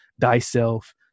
thyself